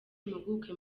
impuguke